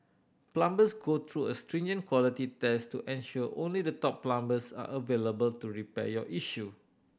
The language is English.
plumbers go through a stringent quality test to ensure only the top plumbers are available to repair your issue